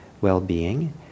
well-being